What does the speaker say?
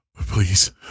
Please